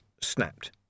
snapped